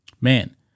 Man